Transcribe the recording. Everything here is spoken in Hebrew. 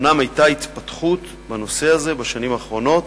אומנם היתה התפתחות בנושא הזה בשנים האחרונות,